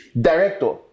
director